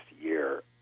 year